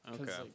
Okay